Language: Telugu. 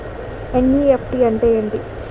ఎన్.ఈ.ఎఫ్.టి అంటే ఎంటి?